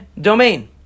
domain